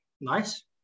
Nice